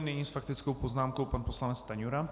Nyní s faktickou poznámkou pan poslanec Stanjura.